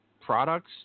products